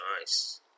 Nice